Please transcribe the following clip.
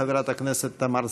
חברת הכנסת תמר זנדברג.